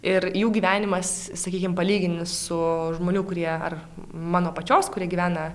ir jų gyvenimas sakykim palyginus su žmonių kurie ar mano pačios kurie gyvena